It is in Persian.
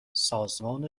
سازمان